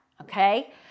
Okay